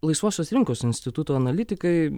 laisvosios rinkos instituto analitikai